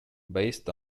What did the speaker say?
based